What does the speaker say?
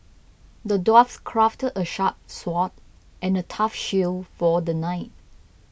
the dwarf crafted a sharp sword and a tough shield for the knight